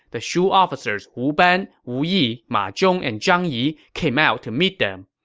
the shu officers wu ban, wu yi, ma zhong, and zhang yi came out to meet them.